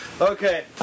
Okay